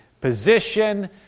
position